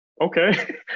okay